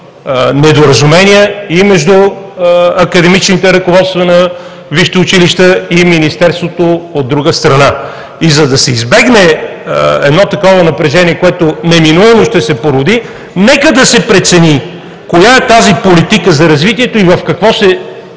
една страна, между академичните ръководства на висшите училища и Министерството, от друга страна. И, за да се избегне едно такова напрежение, което неминуемо ще се породи, нека да се прецени коя е тази политика за развитие и в какво се